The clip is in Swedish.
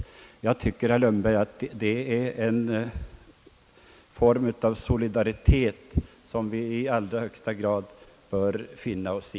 Jag anser, herr Lundberg, att det är en form av solidaritet som vi i allra högsta grad bör finna OSS i.